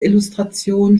illustrationen